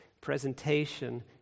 presentation